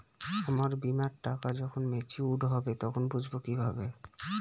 আমার বীমার টাকা যখন মেচিওড হবে তখন বুঝবো কিভাবে?